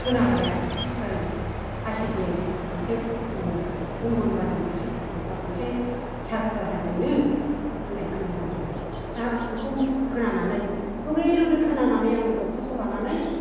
खोनाबाय आरो I C D S मोनसे अ अंगनबादि माबा मोनसे सारखुलार जादोंनो होननाय खोनाबाय आं दा बेखौ खोनानानै लोगो लोगो खोनानै आङो दरखास्थ' लानानै